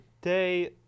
day